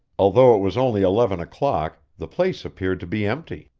although it was only eleven o'clock the place appeared to be empty.